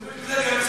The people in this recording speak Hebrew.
אתה משתמש בזה כאמצעי